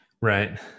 Right